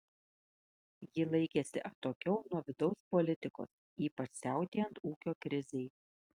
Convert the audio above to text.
ji laikėsi atokiau nuo vidaus politikos ypač siautėjant ūkio krizei